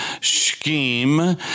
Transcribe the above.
scheme